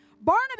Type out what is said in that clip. Barnabas